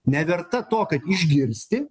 neverta to kad išgirsti